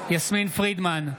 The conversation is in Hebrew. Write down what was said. יסמין פרידמן,